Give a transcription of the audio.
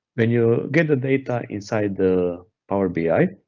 when you get the data inside the power bi,